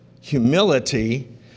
Humility